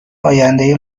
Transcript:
آینده